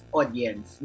audience